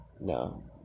no